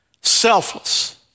selfless